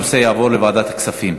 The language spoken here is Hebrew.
הנושא יועבר לוועדת הכספים.